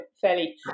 fairly